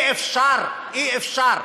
אי-אפשר, אי-אפשר,